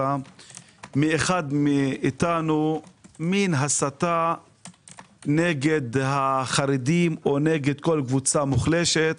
מאחד מאתנו מין הסתה נגד החרדים או נגד כל קבוצה מוחלשת,